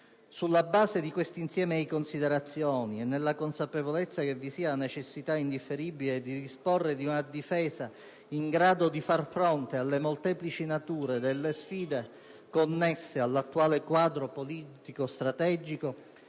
Sulla base di questo insieme di considerazioni e nella consapevolezza che vi è la necessità indifferibile di disporre di una difesa in grado di far fronte alla molteplice natura delle sfide connesse all'attuale quadro politico-strategico,